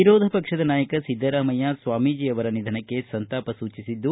ವಿರೋಧ ಪಕ್ಷದ ನಾಯಕ ಸಿದ್ದರಾಮಯ್ಯ ಸ್ವಾಮೀಜಿಯವರ ನಿಧನಕ್ಕೆ ಸಂತಾಪ ಸೂಚಿಸಿದ್ದು